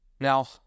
Now